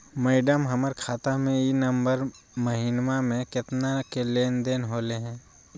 madam, हमर खाता में ई नवंबर महीनमा में केतना के लेन देन होले है